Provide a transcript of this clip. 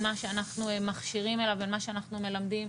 מה שאנחנו מכשירים אליו אל מה שאנחנו מלמדים,